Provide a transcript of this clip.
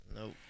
nope